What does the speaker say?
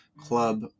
club